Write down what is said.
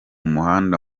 muhanda